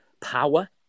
power